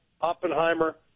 Oppenheimer